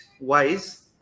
wise